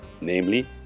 namely